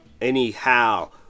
Anyhow